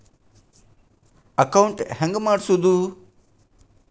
Account ಹೆಂಗ್ ಮಾಡ್ಸೋದು?